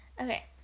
Okay